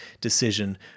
decision